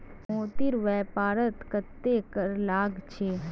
मोतीर व्यापारत कत्ते कर लाग छ